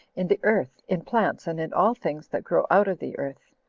in the earth, in plants, and in all things that grow out of the earth.